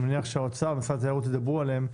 אני מניח שהאוצר ומשרד התיירות ידברו עליהם,